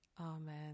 Amen